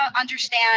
understand